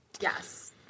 Yes